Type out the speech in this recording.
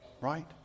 right